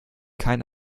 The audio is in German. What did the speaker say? kein